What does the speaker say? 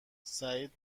سعید